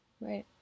right